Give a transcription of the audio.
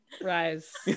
rise